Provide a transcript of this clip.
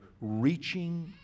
reaching